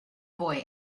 boy